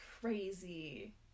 crazy